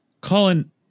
Colin